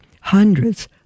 hundreds